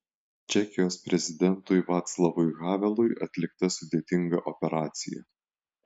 čekijos prezidentui vaclavui havelui atlikta sudėtinga operacija